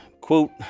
Quote